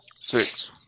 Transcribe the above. Six